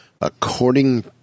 According